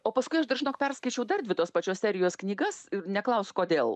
o paskui aš dar žinok perskaičiau dar dvi tos pačios serijos knygas ir neklausk kodėl